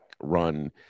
run